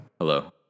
Hello